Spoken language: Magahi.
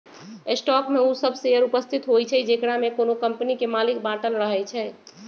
स्टॉक में उ सभ शेयर उपस्थित होइ छइ जेकरामे कोनो कम्पनी के मालिक बाटल रहै छइ